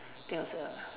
there was a